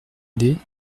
aidé